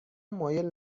مایل